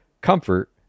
comfort